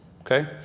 Okay